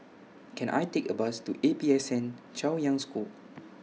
Can I Take A Bus to A P S N Chaoyang School